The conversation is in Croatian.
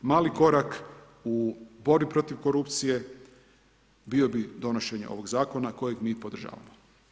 Mali korak u borbi protiv korupcije bio bi donošenje ovog zakona kojeg mi podržavamo.